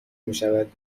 میشود